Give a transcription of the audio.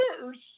first